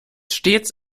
stets